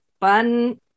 fun